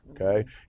okay